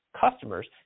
customers